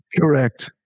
Correct